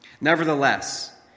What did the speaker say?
Nevertheless